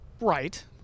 Right